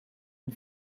une